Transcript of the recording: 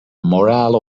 morale